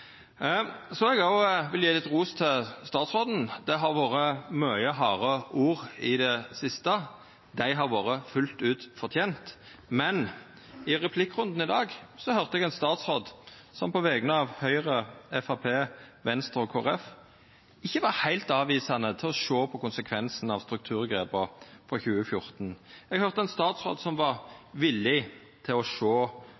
Så vil eg gje litt ros til statsråden. Det har vore mange harde ord i det siste, dei har vore fullt ut fortente, men i replikkrunden i dag høyrde eg ein statsråd som på vegner av Høgre, Framstegspartiet, Venstre og Kristeleg Folkeparti ikkje var heilt avvisande til å sjå på konsekvensen av strukturgrepa frå 2014. Eg høyrde ein statsråd som